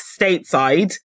stateside